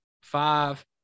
five